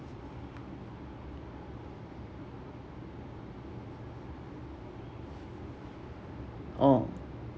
oh